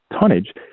tonnage